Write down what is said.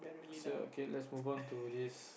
it's a okay let's move on to this